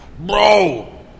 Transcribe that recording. Bro